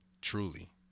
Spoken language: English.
truly